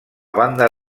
banda